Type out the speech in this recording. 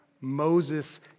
Moses